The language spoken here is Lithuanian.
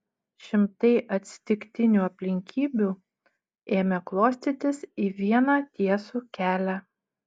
šimtai atsitiktinių aplinkybių ėmė klostytis į vieną tiesų kelią